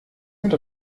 mit